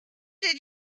did